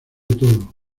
todo